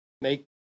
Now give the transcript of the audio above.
make